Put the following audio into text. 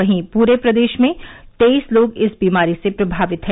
वहीं पूरे प्रदेश में तेईस लोग इस बीमारी से प्रमावित हैं